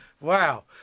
Wow